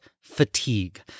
fatigue